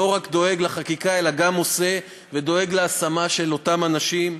לא רק דואג לחקיקה אלא גם עושה ודואג להשמה של אותם אנשים,